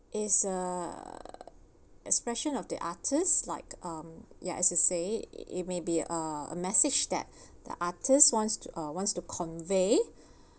it's uh expression of the artist like um ya as you say it may be uh a message that ya artist wants to uh wants to convey